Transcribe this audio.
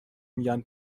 میگن